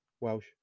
Welsh